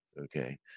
okay